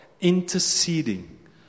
interceding